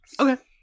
Okay